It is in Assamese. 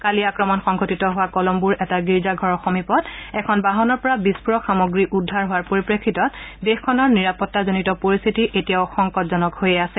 কালি আক্ৰমণ সংঘটিত হোৱা কলম্বোৰ এটা গীৰ্জাঘৰৰ সমীপত এখন বাহনৰ পৰা বিস্ফোৰক সামগ্ৰী উদ্ধাৰ হোৱাৰ পৰিপ্ৰেক্ষিতত দেশখনৰ নিৰাপত্তাজনিত পৰিস্থিতি এতিয়াও সংকটজনক হৈয়ে আছে